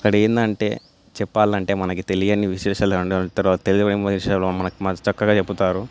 అక్కడేంటంటే చెప్పాలంటే మనకి తెలియని విశేషాలు ఏమన్నా ఉంటే తర్వాత తెలియని విషయాలు మనకి మంచి చక్కగా చెబుతారు